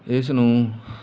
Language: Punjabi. ਇਸ ਨੂੰ